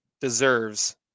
deserves